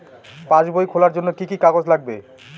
পাসবই খোলার জন্য কি কি কাগজ লাগবে?